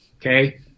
Okay